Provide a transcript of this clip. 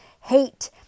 hate